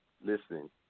listen